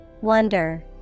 Wonder